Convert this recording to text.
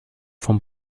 von